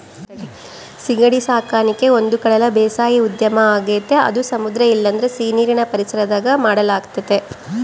ಸೀಗಡಿ ಸಾಕಣಿಕೆ ಒಂದುಕಡಲ ಬೇಸಾಯ ಉದ್ಯಮ ಆಗೆತೆ ಅದು ಸಮುದ್ರ ಇಲ್ಲಂದ್ರ ಸೀನೀರಿನ್ ಪರಿಸರದಾಗ ಮಾಡಲಾಗ್ತತೆ